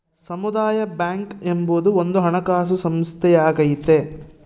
ಸಮುದಾಯ ಬ್ಯಾಂಕ್ ಎಂಬುದು ಒಂದು ಹಣಕಾಸು ಸಂಸ್ಥೆಯಾಗೈತೆ